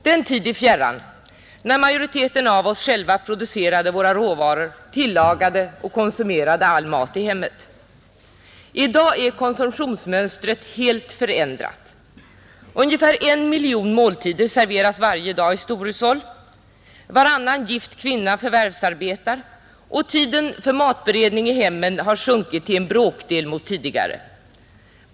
Den tid är fjärran när majoriteten av oss själva producerade våra råvaror, tillagade och konsumerade all mat i hemmet. I dag är konsumtionsmönstret helt förändrat. Ungefär en miljon måltider serveras varje dag i storhushåll, varannan gift kvinna förvärvsarbetar, och tiden för matberedning i hemmen har sjunkit till en bråkdel mot tidigare.